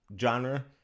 genre